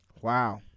wow